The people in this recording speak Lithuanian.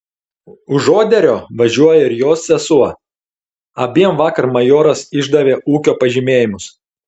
už oderio važiuoja ir jos sesuo abiem vakar majoras išdavė ūkio pažymėjimus